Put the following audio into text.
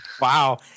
wow